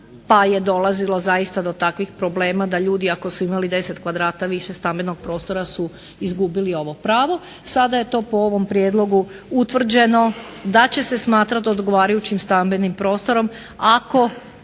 pa je dolazilo zaista do takvih problema da ljudi ako su imali 10 kvadrata više stambenog prostora su izgubili ovo pravo. Sada je to po ovom prijedlogu utvrđeno da će se smatrati odgovarajućih stambenim prostorom